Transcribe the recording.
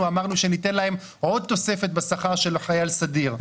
אמרנו שניתן להם עוד תוספת בשכר של החייל הסדיר?